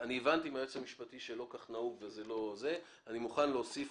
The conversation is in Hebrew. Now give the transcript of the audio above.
הבנתי מהיועץ המשפטי שלא כך נהוג ולכן אני מוכן להוסיף